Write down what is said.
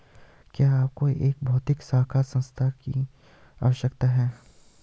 क्या आपको एक भौतिक शाखा स्थान की आवश्यकता है?